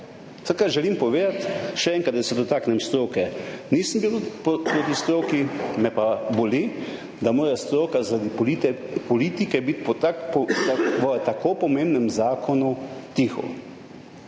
pojav. Kar želim povedati, še enkrat, da se dotaknem stroke, nisem bil proti stroki. Me pa boli, da mora biti stroka zaradi politike pri tako pomembnem zakonu tiho.